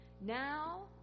Now